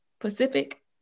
Pacific